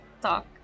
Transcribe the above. talk